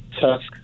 Tusk